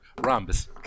Rhombus